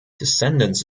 descendants